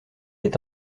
est